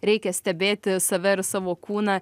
reikia stebėti save ir savo kūną